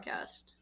podcast